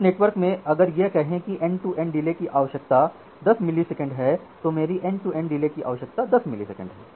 इस नेटवर्क में अगर यह कहें कि एंड टू एंड डिले की आवश्यकता 10 मिलीसेकंड है तो मेरी एंड टू एंड डिले आवश्यकता 10 मिलीसेकंड है